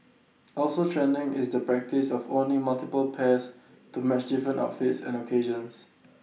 also trending is the practice of owning multiple pairs to match different outfits and occasions